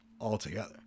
altogether